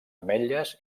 ametlles